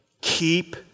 keep